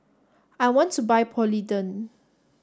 I want to buy Polident